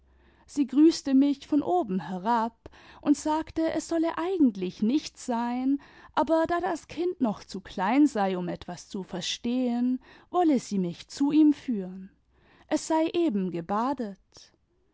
sie grüßte mich von oben herab und sagte es solle eigentlich nicht sein aber da das kind noch zu klein sei um etwas zu verstehen wolle sie mich zu ihm führen es sei eben gebadet